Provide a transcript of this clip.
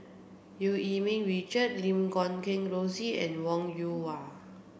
Eu Yee Ming Richard Lim Guat Kheng Rosie and Wong Yoon Wah